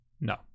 No